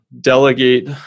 delegate